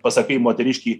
pasakai moteriškei